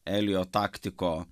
elijo taktiko